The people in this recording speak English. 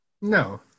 No